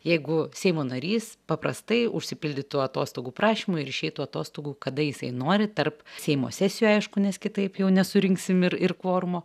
jeigu seimo narys paprastai užsipildytų atostogų prašymą ir išeitų atostogų kada jisai nori tarp seimo sesijų aišku nes kitaip jau nesurinksim ir ir kvorumo